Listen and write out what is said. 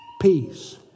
peace